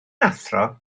athro